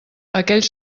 aquells